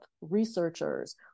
researchers